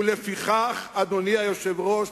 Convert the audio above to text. ולפיכך, אדוני היושב-ראש,